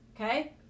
Okay